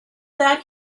that